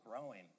growing